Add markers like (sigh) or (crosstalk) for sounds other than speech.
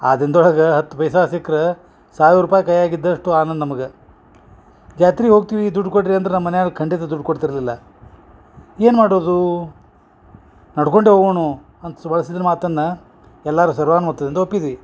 ಆ ದಿನ್ದೊಳಗೆ ಹತ್ತು ಪೈಸಾ ಸಿಕ್ರ ಸಾವಿರ ರೂಪಾಯಿ ಕೈಯಾಗ ಇದ್ದಷ್ಟು ಆನಂದ ನಮ್ಗೆ ಜಾತ್ರೆ ಹೋಗ್ತಿವಿ ದುಡ್ಡು ಕೊಡ್ರಿ ಅಂದ್ರ ನಮ್ಮ ಮನ್ಯಾಗ ಖಂಡಿತ ದುಡ್ಡು ಕೊಡ್ತಿರಲಿಲ್ಲ ಏನು ಮಾಡೋದು ನಡ್ಕೊಂಡೆ ಹೋಗೋಣು ಅಂತ (unintelligible) ಮಾತನ್ನ ಎಲ್ಲಾರು ಸರ್ವಾನು ಮತದಿಂದ ಒಪ್ಪಿದ್ವಿ